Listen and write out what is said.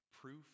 proof